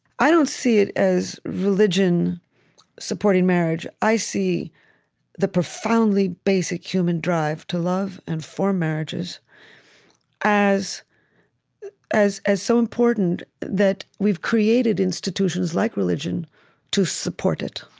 i don't see it as religion supporting marriage. i see the profoundly basic human drive to love and form marriages as as as so important that we've created institutions like religion to support it.